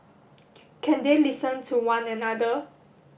can they listen to one another